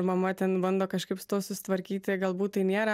mama ten bando kažkaip su tuo susitvarkyti galbūt tai nėra